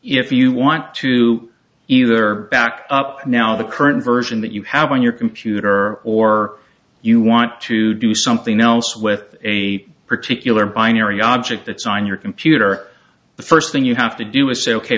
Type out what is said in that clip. if you want to either back up now the current version that you have on your computer or you want to do something else with a particular binary object that's on your computer the first thing you have to do is say ok